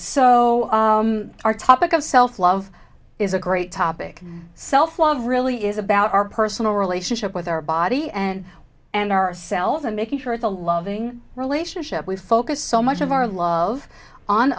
so our topic of self love is a great topic self love really is about our personal relationship with our body and and ourselves and making sure it's a loving relationship we focus so much of our love on